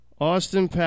Austin